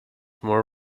more